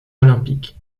olympique